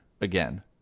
again